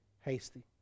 hasty